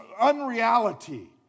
unreality